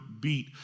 beat